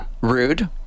rude